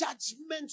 judgment